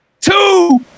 two